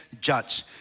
judge